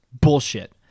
bullshit